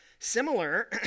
Similar